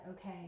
okay